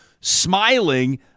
smiling